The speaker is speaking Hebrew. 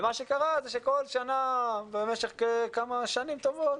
ומה שקרה זה שכל שנה במשך כמה שנים טובות,